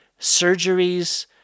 surgeries